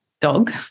dog